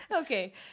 Okay